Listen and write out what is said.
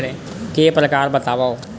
के प्रकार बतावव?